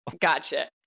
Gotcha